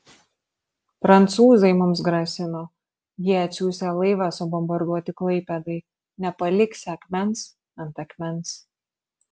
prancūzai mums grasino jie atsiųsią laivą subombarduoti klaipėdai nepaliksią akmens ant akmens